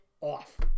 off